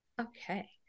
Okay